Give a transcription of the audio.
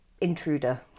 intruder